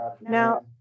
Now